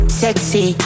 sexy